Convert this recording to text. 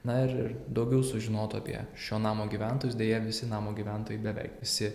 na ir ir daugiau sužinotų apie šio namo gyventojus deja visi namo gyventojai beveik visi